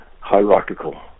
hierarchical